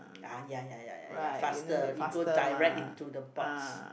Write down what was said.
ah ya ya ya ya ya faster you go direct into the box